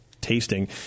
tasting